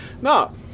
No